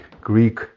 Greek